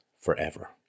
forever